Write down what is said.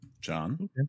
John